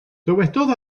dywedodd